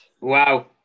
Wow